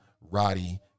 Roddy